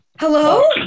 Hello